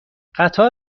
قطار